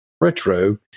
retro